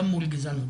גם מול גזענות.